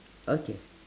okay